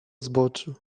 zboczu